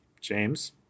James